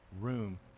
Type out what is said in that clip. Room